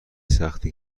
سختی